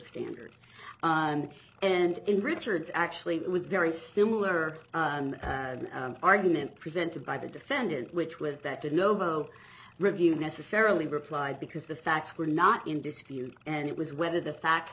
standard and in richard's actually it was very similar argument presented by the defendant which was that the nobel review necessarily replied because the facts were not in dispute and it was whether the facts